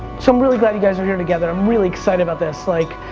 so i'm really glad you guys are here together, i'm really excited about this, like,